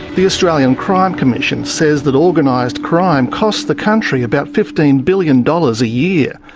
the australian crime commission says that organised crime costs the country about fifteen billion dollars a year.